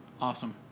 awesome